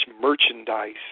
merchandise